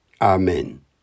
Amen